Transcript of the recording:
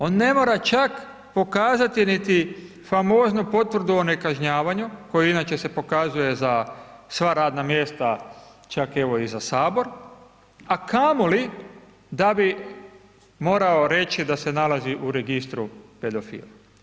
On ne mora čak pokazati niti famoznu potvrdu o nekažnjavanju, koju inače se pokazuje za sva radna mjesta, čak evo i za Sabor a kamoli da bi morao reći da se nalazi u registru pedofila.